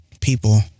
people